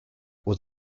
was